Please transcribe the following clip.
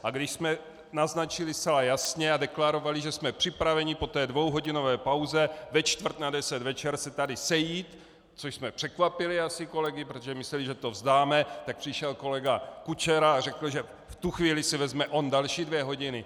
A když jsme naznačili zcela jasně a deklarovali, že jsme připraveni po té dvouhodinové pauze ve čtvrt na deset večer se tady sejít, což jsme překvapili asi kolegy, protože mysleli, že to vzdáme, tak přišel kolega Kučera a řekl, že v tu chvíli si vezme on další dvě hodiny.